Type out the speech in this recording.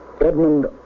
Edmund